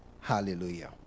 hallelujah